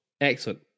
excellent